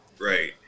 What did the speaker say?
right